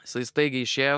jisai staigiai išėjo